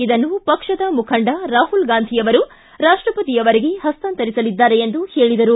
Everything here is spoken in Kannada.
ಇದನ್ನು ಪಕ್ಷದ ಮುಖಂಡ ರಾಹುಲ್ ಗಾಂಧಿ ಅವರು ರಾಷ್ಟಪತಿ ಅವರಿಗೆ ಹಸ್ತಾಂತರಿಸಲಿದ್ದಾರೆ ಎಂದು ಹೇಳಿದರು